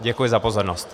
Děkuji za pozornost.